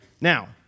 Now